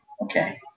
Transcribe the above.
Okay